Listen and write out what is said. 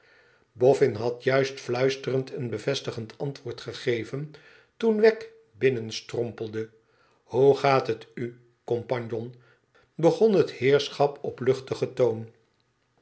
boffin had juist fluisterend een bevestigend antwoord gegeven toen wegg binnenstrompelde hoe gaat het u compagnon begon het heerschap op luchtigen toon